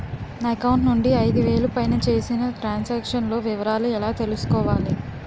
నా అకౌంట్ నుండి ఐదు వేలు పైన చేసిన త్రం సాంక్షన్ లో వివరాలు ఎలా తెలుసుకోవాలి?